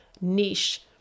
niche